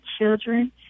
children